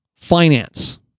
Finance